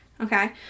okay